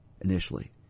initially